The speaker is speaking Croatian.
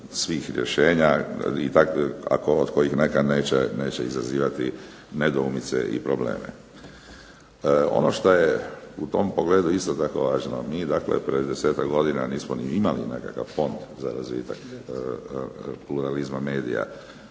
svih rješenja od kojih neka neće izazivati nedoumice i probleme. Ono što je u tom pogledu isto tako važno, mi dakle pred 10-ak godina nismo ni imali nekakav Fond za razvitak pluralizma medija.